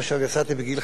יצאתי בגיל 50,